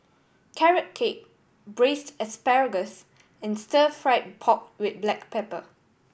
Carrot Cake Braised Asparagus and Stir Fried Pork With Black Pepper